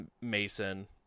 Mason